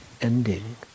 ending